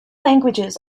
languages